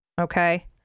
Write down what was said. Okay